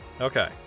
Okay